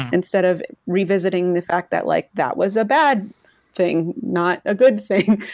instead of revisiting the fact that like, that was a bad thing not a good thing.